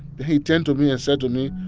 he turned to me and said to me,